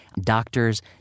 Doctors